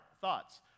thoughts